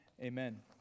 amen